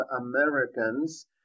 Americans